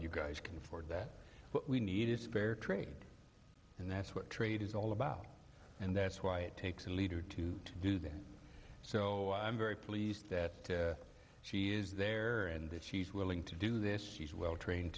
you guys can afford that but we need a spare trade and that's what trade is all about and that's why it takes a leader to do that so i'm very pleased that she is there and that she's willing to do this she's well trained